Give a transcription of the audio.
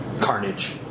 carnage